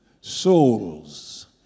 souls